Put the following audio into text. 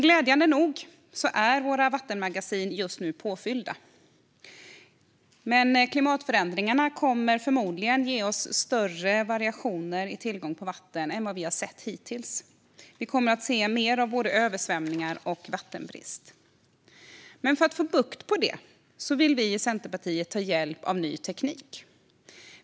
Glädjande nog är våra vattenmagasin just nu påfyllda, men klimatförändringarna kommer förmodligen att ge oss större variationer i tillgången på vatten än vad vi hittills har sett. Vi kommer att se mer av både översvämningar och vattenbrist. För att få bukt med detta vill vi i Centerpartiet ta hjälp av ny teknik.